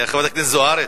חברת הכנסת זוארץ,